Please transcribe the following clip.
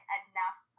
enough